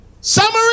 Summary